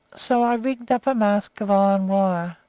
so i rigged up a mask of iron wire,